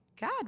God